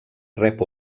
rep